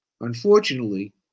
unfortunately